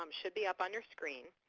um should be up on your screen.